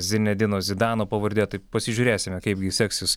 zinedino zidano pavardė tai pasižiūrėsime kaip gi seksis